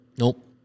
Nope